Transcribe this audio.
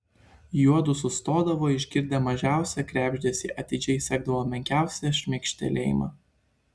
juodu sustodavo išgirdę mažiausią krebždesį atidžiai sekdavo menkiausią šmėkštelėjimą